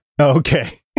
Okay